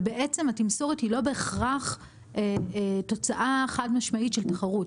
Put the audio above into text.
בעצם התמסורת היא לא בהכרח תוצאה חד-משמעית של תחרות,